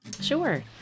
Sure